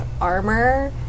armor